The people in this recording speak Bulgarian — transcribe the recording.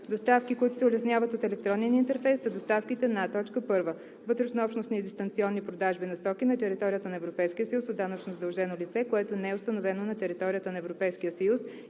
Доставки, които се улесняват от електронен интерфейс, са доставките на: 1. вътреобщностни дистанционни продажби на стоки на територията на Европейския съюз от данъчно задължено лице, което не е установено на територията на Европейския съюз,